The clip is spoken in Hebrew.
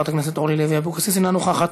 חברת הכנסת אורלי לוי אבקסיס, אינה נוכחת,